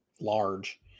Large